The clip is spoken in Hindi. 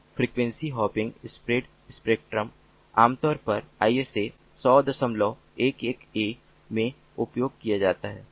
तो फ्रीक्वेंसी होपिंग स्प्रेड स्पेक्ट्रम आमतौर पर ISA10011a में उपयोग किया जाता है